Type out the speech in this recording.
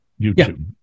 YouTube